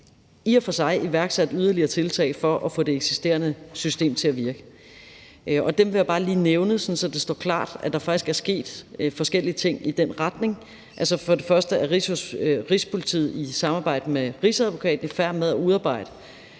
i og for sig iværksat yderligere tiltag for at få det eksisterende system til at virke. Dem vil jeg bare lige nævne, så det står klart, at der faktisk er sket forskellige ting i den retning. For det første er Rigspolitiet i samarbejde med Rigsadvokaten i færd med at udarbejde